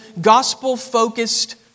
gospel-focused